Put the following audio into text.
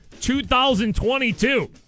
2022